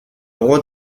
roi